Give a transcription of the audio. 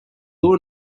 blue